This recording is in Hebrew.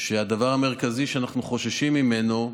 והדבר המרכזי שאנחנו חוששים ממנו,